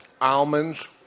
Almonds